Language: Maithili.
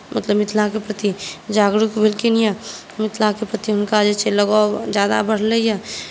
मतलब मिथिलाकेँ प्रति जागरूक भेलखिन यऽ मिथिलाकेँ प्रति हुनका जे छै लगाव ज्यादा बढ़लै यऽ